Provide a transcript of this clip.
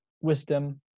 wisdom